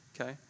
okay